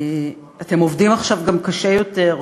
אתם גם עובדים עכשיו קשה יותר,